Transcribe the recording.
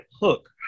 Hook